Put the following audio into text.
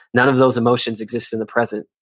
none of those emotions exist in the present.